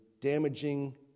damaging